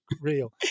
real